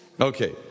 Okay